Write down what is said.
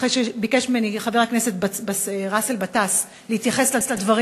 אחרי שביקש ממני חבר הכנסת באסל גטאס להתייחס לדברים